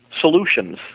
solutions